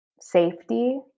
safety